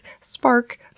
spark